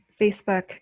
Facebook